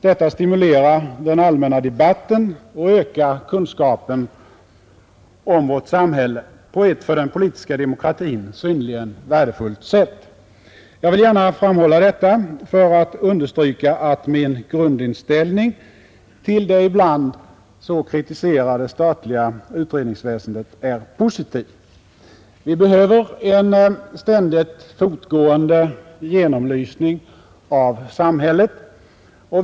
Detta stimulerar den allmänna debatten och ökar kunskapen om vårt samhälle på ett för den politiska demokratin synnerligen värdefullt sätt. Jag vill gärna framhålla detta för att understryka att min grundinställning till det ibland så kritiserade statliga utredningsväsendet är positiv. Vi behöver en ständigt fortgående genomlysning av samhället.